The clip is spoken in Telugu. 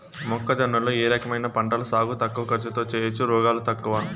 మొక్కజొన్న లో ఏ రకమైన పంటల సాగు తక్కువ ఖర్చుతో చేయచ్చు, రోగాలు తక్కువ?